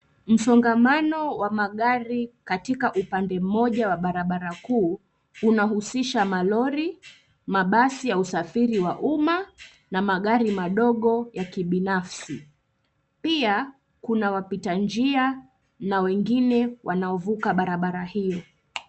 Msongamano wa magari katika upande mmoja wa barabara kuu, unahusisha malori, mabasi ya usafiri wa umma, na magari madogo ya kibinafsi. Pia, kuna wapita njia na wengine wanaovuka barabara hiyo.